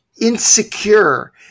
insecure